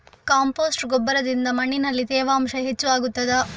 Compost ಗೊಬ್ಬರದಿಂದ ಮಣ್ಣಿನಲ್ಲಿ ತೇವಾಂಶ ಹೆಚ್ಚು ಆಗುತ್ತದಾ?